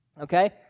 Okay